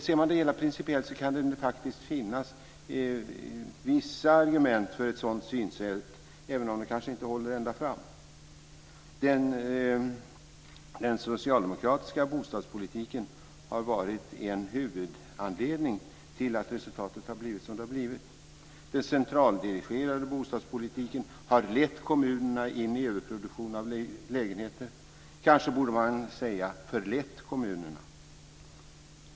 Ser man det hela principiellt kan det faktiskt finnas vissa argument för ett sådant synsätt, även om de kanske inte håller ända fram. Den socialdemokratiska bostadspolitiken har varit en huvudanledning till att resultatet har blivit som det har blivit. Den centraldirigerade bostadspolitiken har lett kommunerna i en överproduktion av lägenheter - kanske borde man säga förlett kommunerna.